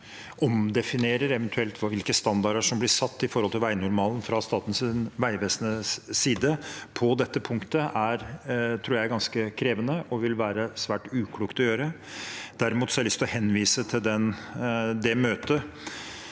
omdefinerer hvilke standarder som blir satt for veinormalen fra Statens vegvesens side på dette punktet, tror jeg er ganske krevende og vil være svært uklokt å gjøre. Derimot har jeg lyst til å henvise til det møtet